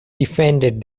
defended